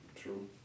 True